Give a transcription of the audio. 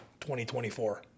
2024